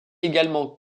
également